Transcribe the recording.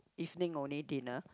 evening only dinner